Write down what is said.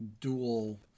dual